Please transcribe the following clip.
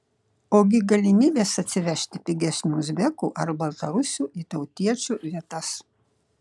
ogi galimybės atsivežti pigesnių uzbekų ar baltarusių į tautiečių vietas